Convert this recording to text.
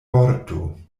vorto